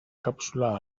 cápsula